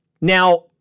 Now